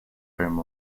home